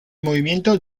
movimiento